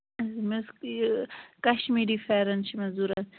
مےٚ ٲس یہِ کشمیری فٮ۪رن چھِ مےٚ ضوٚرَتھ